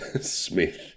Smith